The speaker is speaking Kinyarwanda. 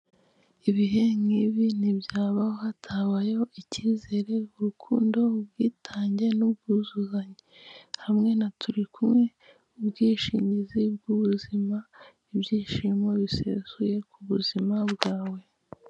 Ibihe nk'ibi ntibyabaho hatabayeho icyizere, urukundo, ubwitange, n'ubwuzuzanye. Hamwe na turikumwe, ubwishingizi bw'ubuzima, ibyishimo bisesuye ku buzima bwawe.